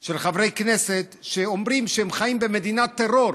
של חברי כנסת שאומרים שהם חיים במדינת טרור.